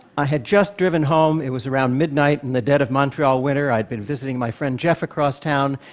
i had just driven home, it was around midnight in the dead of montreal winter, i had been visiting my friend, jeff, across town,